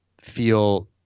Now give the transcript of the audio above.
feel